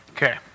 Okay